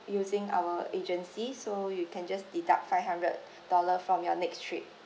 using our agency so you can just deduct five hundred dollars from your next trip